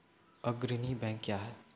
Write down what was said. अग्रणी बैंक क्या हैं?